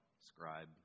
scribe